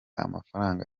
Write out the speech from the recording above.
amafaranga